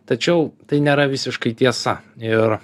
tačiau tai nėra visiškai tiesa ir